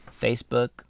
Facebook